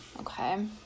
Okay